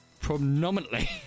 prominently